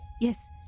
Yes